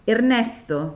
Ernesto